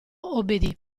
obbedì